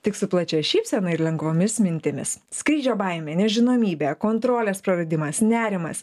tik su plačia šypsena ir lengvomis mintimis skrydžio baimė nežinomybė kontrolės praradimas nerimas